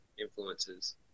influences